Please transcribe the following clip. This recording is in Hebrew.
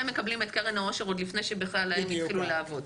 הם מקבלים את קרן העושר עוד בכלל לפני שהתחילו לעבוד.